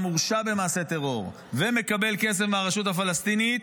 הורשע במעשה טרור ומקבל כסף מהרשות הפלסטינית,